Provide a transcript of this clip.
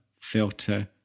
filter